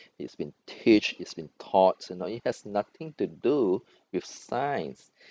he's been teach he's been taught you know it has nothing to do with science